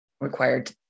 required